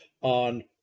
on